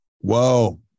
Whoa